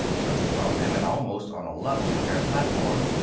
just above them, and almost on a level with their platform,